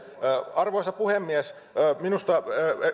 arvoisa puhemies minusta